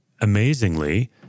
amazingly